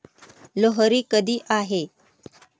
लोहरी कधी आहे?